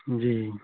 جی